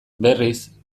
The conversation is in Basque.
berriz